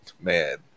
man